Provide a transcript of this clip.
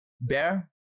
Bear